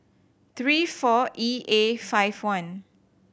three four E A five one